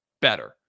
better